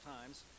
times